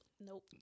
Nope